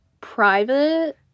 private